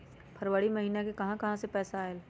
फरवरी महिना मे कहा कहा से पैसा आएल?